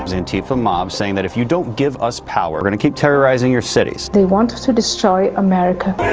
antifa mobs saying that if you don't give us power, we're going to keep terrorizing your cities. they want to destroy america.